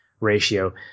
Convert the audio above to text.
ratio